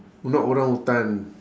not orangutan